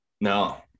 No